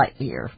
Lightyear